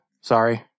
Sorry